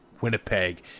Winnipeg